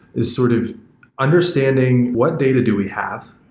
this sort of understanding what data do we have?